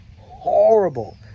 horrible